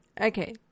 Okay